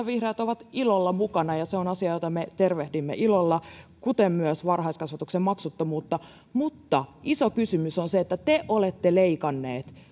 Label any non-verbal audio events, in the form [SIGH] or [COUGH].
[UNINTELLIGIBLE] vihreät ovat ilolla mukana ja se on asia jota me tervehdimme ilolla kuten myös varhaiskasvatuksen maksuttomuutta mutta iso kysymys on se että te olette leikanneet